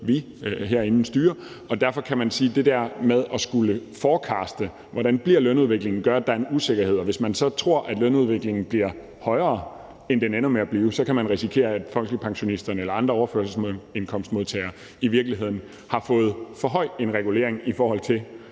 vi herinde styrer, og derfor kan man sige, at det der med at skulle forecaste, hvordan lønudviklingen bliver, gør, at der er en usikkerhed, og hvis man så tror, at lønudviklingen bliver højere, end den ender med at blive, kan man risikere, at folkepensionisterne eller andre overførselsindkomstmodtagere i virkeligheden har fået for høj en regulering, i forhold til